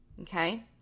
Okay